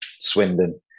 swindon